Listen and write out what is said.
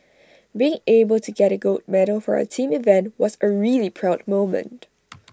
being able to get A gold medal for our team event was A really proud moment